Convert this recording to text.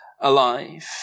alive